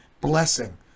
blessing